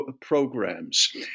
programs